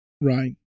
Right